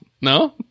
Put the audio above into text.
No